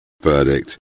verdict